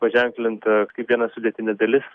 paženklinta kiekviena sudėtinė dalis